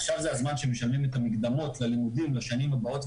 עכשיו זה הזמן שמשלמים את המקדמות ללימודים לשנים הבאות,